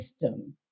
system